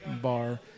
bar